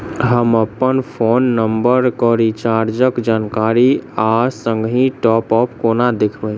हम अप्पन phone number केँ रिचार्जक जानकारी आ संगहि टॉप अप कोना देखबै?